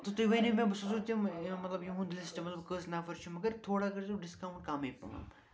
تہٕ تُہۍ ؤنِو مےٚ بہٕ سوزَو تِم مطلب یِہُنٛد لِسٹ مطلب کٔژ نفر چھِ مگر تھوڑا کٔرۍزیو ڈِسکاوُنٛٹ کَمٕے پہن